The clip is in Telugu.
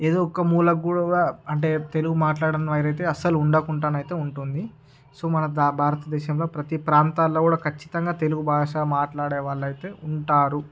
ఏదొక మూల అంటే తెలుగు మాట్లాడడం అస్సలు ఉండకుండానైతే ఉంటుంది సో మన దా భారతదేశంలో ప్రతీ ప్రాంతాల్లో కూడ ఖచ్చితంగా తెలుగు భాష మాట్లాడేవాళ్లైతే ఉంటారు